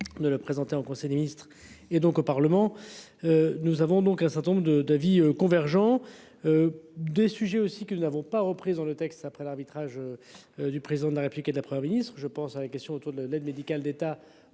De le présenter en conseil des ministres et donc au Parlement. Nous avons donc un certain nombre de, d'avis convergents. Des sujets aussi que nous n'avons pas repris dans le texte après l'arbitrage. Du président de la réplique et de la Premier Ministre je pense à la question autour de l'aide médicale d'état